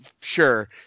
sure